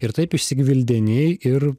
ir taip išsigvildeni ir